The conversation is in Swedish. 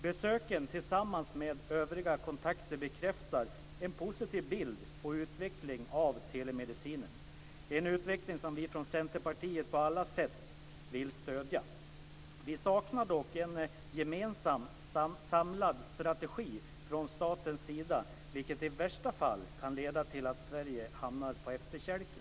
Besöken, tillsammans med övriga kontakter, bekräftar en positiv bild av utvecklingen av telemedicinen, en utveckling som vi från Centerpartiet på alla sätt vill stödja. Vi saknar dock en gemensam samlad strategi från statens sida, vilket i värsta fall kan leda till att Sverige hamnar på efterkälken.